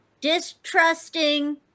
distrusting